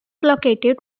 located